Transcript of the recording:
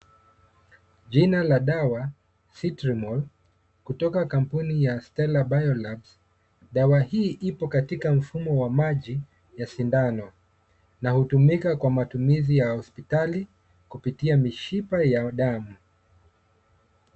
Jina la dawa Critmol kutoka kampuni ya Stellar Bio Labs. Dawa hii ipo katika mfumo wa maji ya sindano na hutumika kwa matumizi ya hospitali kupitia mishipa ya damu.